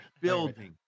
Building